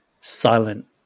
silent